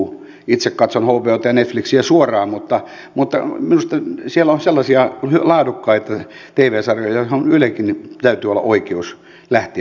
itse katson hbota ja netflixiä suoraan mutta minusta siellä on sellaisia laadukkaita tv sarjoja joihin ylelläkin täytyy olla oikeus lähteä mukaan